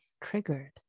triggered